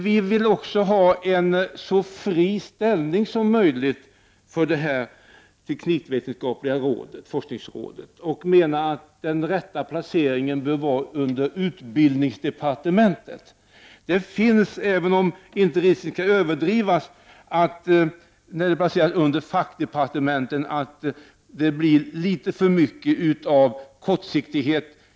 Vi vill också att det teknikvetenskapliga forskningsrådet skall ha en så fri ställning som möjligt och menar att det rätteligen bör inordnas under utbildningsdepartementet. Det finns en risk, även om den risken inte skall överdrivas, att ett sådant råd om det placeras under något fackdepartement präglas litet för mycket av kortsiktighet.